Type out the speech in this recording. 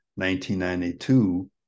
1992